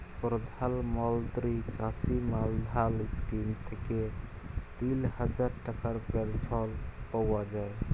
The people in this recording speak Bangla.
পরধাল মলত্রি চাষী মাল্ধাল ইস্কিম থ্যাইকে তিল হাজার টাকার পেলশল পাউয়া যায়